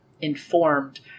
informed